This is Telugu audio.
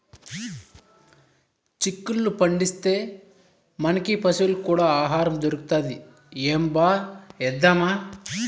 చిక్కుళ్ళు పండిస్తే, మనకీ పశులకీ కూడా ఆహారం దొరుకుతది ఏంబా ఏద్దామా